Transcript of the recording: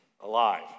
alive